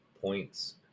points